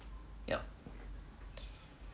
yup